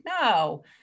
no